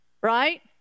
Right